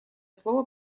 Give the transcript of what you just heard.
слово